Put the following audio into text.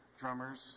drummers